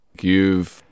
You've-